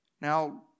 Now